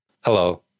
Hello